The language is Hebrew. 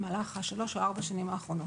במהלך שלוש או ארבע השנים האחרונות.